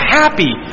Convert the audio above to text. happy